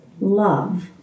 love